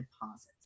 deposits